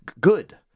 good